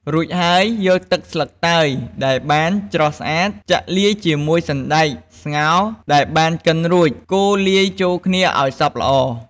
រួចហើយ យកទឹកស្លឹកតើយដែលបានច្រោះស្អាត ចាក់លាយជាមួយសណ្ដែកស្ងោរដែលបានកិនរួច កូរលាយចូលគ្នាឱ្យសព្វល្អ។